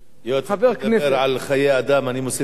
היות שאתה מדבר על חיי אדם אני מוסיף לך דקה.